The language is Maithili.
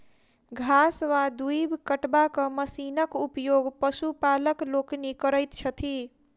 घास वा दूइब कटबाक मशीनक उपयोग पशुपालक लोकनि करैत छथि